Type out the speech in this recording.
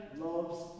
loves